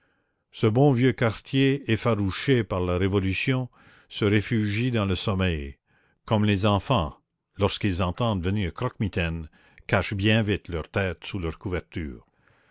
ce bon vieux quartier effarouché par la révolution se réfugie dans le sommeil comme les enfants lorsqu'ils entendent venir croquemitaine cachent bien vite leur tête sous leur couverture